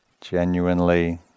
genuinely